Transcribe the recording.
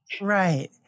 Right